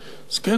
הסכת ושמע,